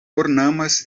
ornamas